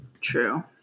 true